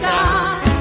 God